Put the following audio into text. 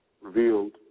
revealed